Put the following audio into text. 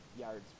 yards